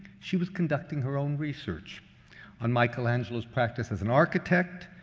she was conducting her own research on michelangelo's practice as an architect,